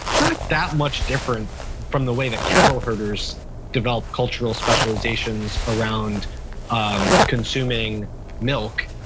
not that much different from the way that cattle herders developed cultural specializations around consuming milk,